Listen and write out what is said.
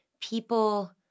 people